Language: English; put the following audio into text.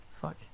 Fuck